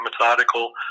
methodical